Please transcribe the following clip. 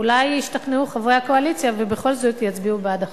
אולי ישתכנעו חברי הקואליציה ובכל זאת יצביעו בעד החוק.